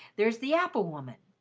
there's the apple-woman.